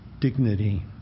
dignity